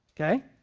Okay